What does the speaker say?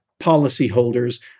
policyholders